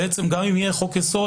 גם אם יהיה חוק יסוד